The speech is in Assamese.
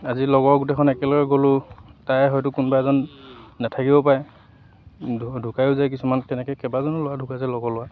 আজি লগৰ গোটেইখন একেলগ গ'লোঁ তাই হয়তো কোনোবা এজন নাথাকিবও পাৰে ঢুকাইয়ো যায় কিছুমান তেনেকৈ কেইবাজনো ল'ৰা ঢুকাইছে লগৰ ল'ৰা